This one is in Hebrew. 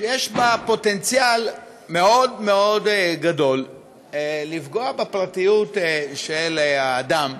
שיש בה פוטנציאל מאוד מאוד גדול לפגוע בפרטיות של האדם,